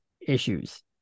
issues